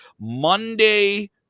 Monday